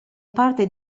parte